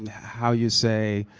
how you say?